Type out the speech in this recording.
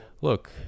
Look